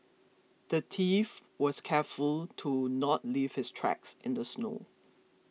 the thief was careful to not leave his tracks in the snow